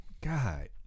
God